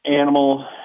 animal